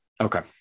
Okay